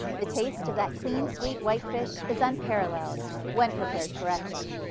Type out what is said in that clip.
the taste of that clean, sweet whitefish is unparalleled, when prepared correctly.